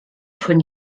von